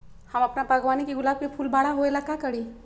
हम अपना बागवानी के गुलाब के फूल बारा होय ला का करी?